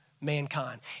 mankind